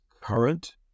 current